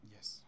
Yes